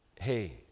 Hey